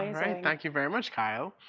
thank you very much, kyle.